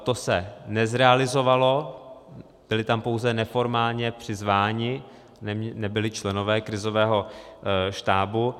To se nezrealizovalo, byli tam pouze neformálně přizváni, nebyli členové krizového štábu.